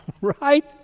right